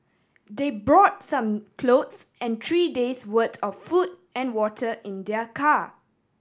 they brought some clothes and three days' worth of food and water in their car